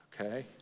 Okay